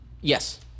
Yes